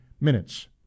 minutes